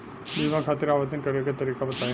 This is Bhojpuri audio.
बीमा खातिर आवेदन करे के तरीका बताई?